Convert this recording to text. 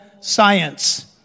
science